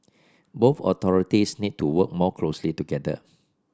both authorities need to work more closely together